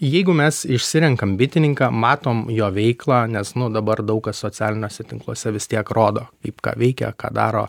jeigu mes išsirenkam bitininką matom jo veiklą nes nu dabar daug kas socialiniuose tinkluose vis tiek rodo ką veikia ką daro